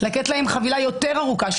לתת להם חבילה יותר ארוכה,